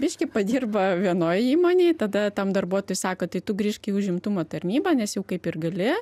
biškį padirba vienoj įmonėj tada tam darbuotojui sako tai tu grįžk į užimtumo tarnybą nes jau kaip ir gali